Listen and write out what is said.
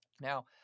Now